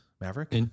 Maverick